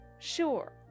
Sure